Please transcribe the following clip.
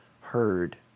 heard